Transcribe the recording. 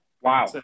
Wow